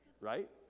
Right